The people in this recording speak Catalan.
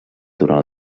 durant